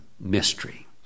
mystery